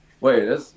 wait